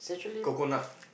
coconut